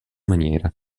maniera